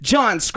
John